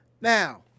Now